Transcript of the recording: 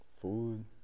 food